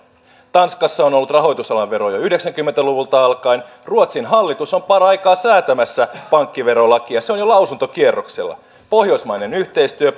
tanskassa on ollut rahoitusalan vero jo yhdeksänkymmentä luvulta alkaen ruotsin hallitus on paraikaa säätämässä pankkiverolakia se on jo lausuntokierroksella pohjoismainen yhteistyö